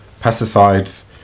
pesticides